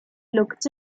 looked